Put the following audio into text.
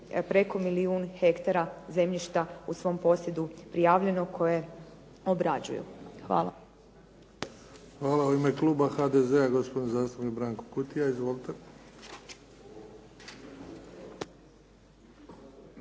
preko milijun hektara zemljišta u svom posjedu prijavljeno koje obrađuju. Hvala. **Bebić, Luka (HDZ)** Hvala. U ime kluba HDZ-a, gospodin zastupnik Branko Kutija. Izvolite.